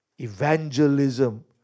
evangelism